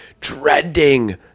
dreading